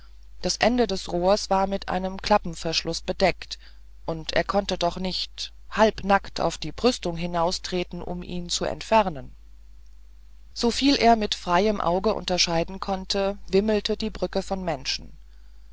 das ende des rohrs war mit einem klappenverschluß bedeckt und er konnte doch nicht halbnackt auf die brüstung hinaustreten um ihn zu entfernen soviel er mit freiem auge unterscheiden konnte wimmelten die brücken von menschen